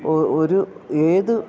ഒരു ഏത്